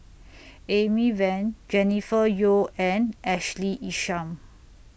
Amy Van Jennifer Yeo and Ashley Isham